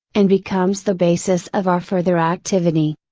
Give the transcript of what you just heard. and becomes the basis of our further activity.